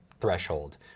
threshold